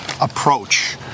approach